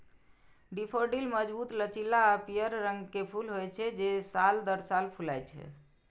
daffodil मजबूत, लचीला आ पीयर रंग के फूल होइ छै, जे साल दर साल फुलाय छै